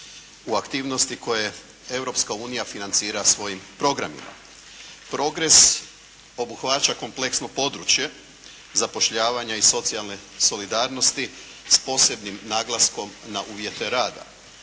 u aktivnosti koje Europska unija financira svojim programima. Progres obuhvaća kompleksno područje zapošljavanja i socijalne solidarnosti s posebnim naglaskom na uvjete rada.